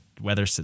weather